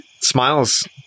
smiles